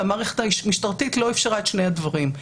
שהמערכת המשטרתית לא אפשרה את שני הדברים.